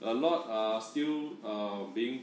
a lot are still uh being